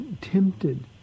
tempted